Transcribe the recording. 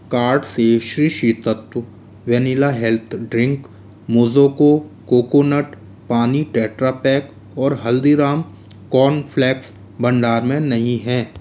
cart से Sri Sri Tattva vanilla health drink मोजोको coconut पानी टेट्रा पैक और हल्दीराम कॉर्नफ़्लेक्स भंडार में नहीं हैं